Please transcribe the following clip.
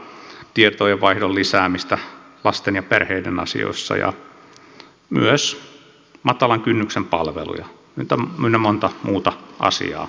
tietojenvaihdon lisäämistä lasten ja perheiden asioissa ja myös matalan kynnyksen palveluja ynnä monta muuta asiaa